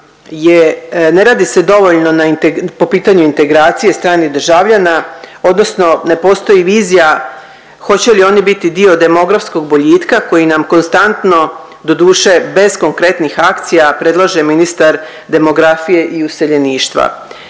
ne radi se dovoljno po pitanju integracije stranih državljana odnosno ne postoji vizija hoće li oni biti dio demografskog boljitka koji nam konstantno doduše bez konkretnih akcija predloži ministar demografije i useljeništva.